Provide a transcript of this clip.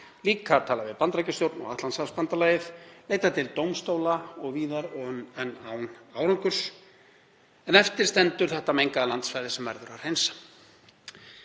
líka talað við Bandaríkjastjórn og Atlantshafsbandalagið, leitað til dómstóla og víðar en án árangurs. Eftir stendur þetta mengaða landsvæði sem verður að hreinsa.